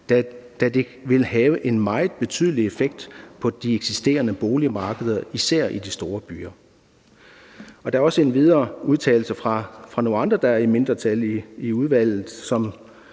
da det vil have en meget betydelig effekt på de eksisterende boligmarkeder, især i de store byer. Der er endvidere udtalelser fra nogle andre, der er i mindretal i udvalget,